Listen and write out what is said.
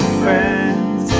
friends